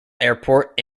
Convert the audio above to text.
airport